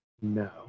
No